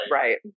right